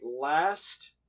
last